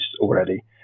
already